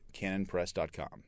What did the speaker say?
canonpress.com